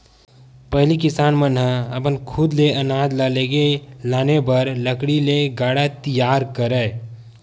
पहिली किसान मन ह अपन खुद ले अनाज ल लेगे लाने बर लकड़ी ले गाड़ा तियार करय